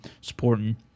supporting